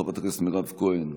חברת הכנסת מירב כהן,